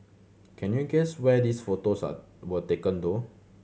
can you guess where these photos are were taken though